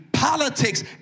politics